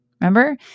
Remember